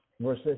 Verse